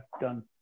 done